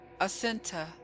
Asinta